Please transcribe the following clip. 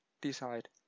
decide